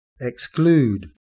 exclude